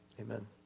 Amen